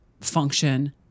function